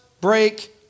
break